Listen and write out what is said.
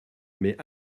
mais